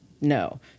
no